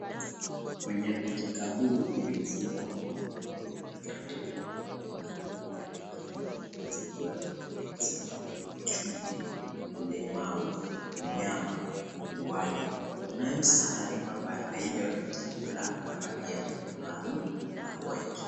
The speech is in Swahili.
Kwenye mkeka huu uliyofumwa kwa rangi tofauti tofauti kunavyo vyakula vingi ikiwepo ndizi, mchuzi, limau, nyama, wali kunayo sahani ambayo haijawekwa chakula ya rangi maroon na white .